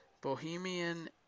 bohemian